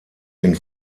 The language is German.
den